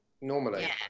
normally